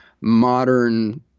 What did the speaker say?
modern –